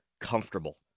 comfortable